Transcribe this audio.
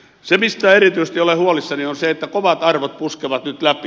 se mistä erityisesti olen huolissani on se että kovat arvot puskevat nyt läpi